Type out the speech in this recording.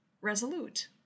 resolute